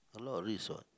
a lot of risk what